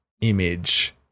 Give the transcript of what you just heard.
image